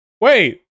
Wait